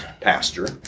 pastor